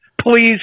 Please